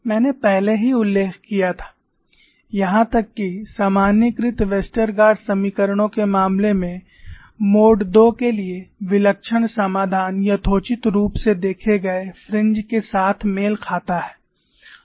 मैंने पहले ही उल्लेख किया था यहां तक कि सामान्यीकृत वेस्टरगार्ड समीकरणों के मामले में मोड II के लिए विलक्षण समाधान यथोचित रूप से देखे गए फ्रिंज के साथ मेल खाता है